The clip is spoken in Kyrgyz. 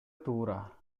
туура